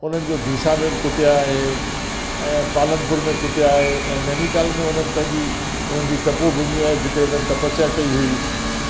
उन्हनि जो डीसा में बि कुटिया आहे ऐं पालन पुर में कुटिया आहे ऐं नैनीताल में हुननि पंहिंजी पंहिंजी तपोभुमि आहे जिते हुननि तपस्या कई हुई